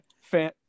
fan